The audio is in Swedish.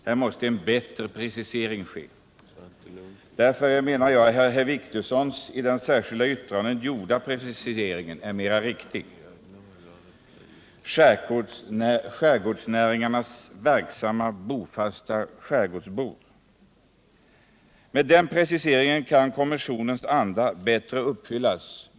Det måste här ske en bättre precisering. Jag anser att den precisering som herr Wictorsson gör i sitt särskilda yttrande är mera riktig. Han skriver där att jakten endast skall tillkomma ”de i skärgårdsnäringarna verksamma bofasta skärgårdborna”. Med den preciseringen kan konventionens anda bättre uppfyllas.